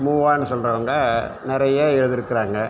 முவான்னு சொல்கிறவங்க நிறைய எழுதிருக்குறாங்கள்